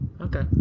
Okay